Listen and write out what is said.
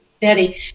betty